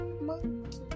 monkey